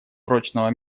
прочного